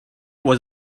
was